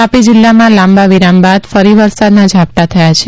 તાપી જિલ્લામાં લાંબા વિરામ બાદ ફરી વરસાદના ઝાપટાં થયા છે